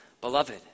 Beloved